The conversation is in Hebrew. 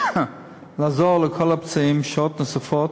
לעזור לכל הפצועים, שעות נוספות.